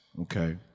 okay